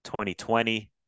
2020